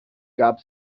gab